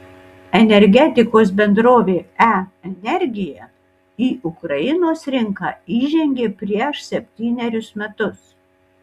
energetikos bendrovė e energija į ukrainos rinką įžengė prieš septynerius metus